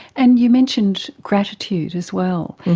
and you mentioned gratitude as well.